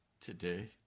today